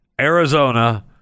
arizona